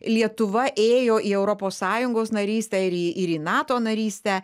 lietuva ėjo į europos sąjungos narystę ir į ir į nato narystę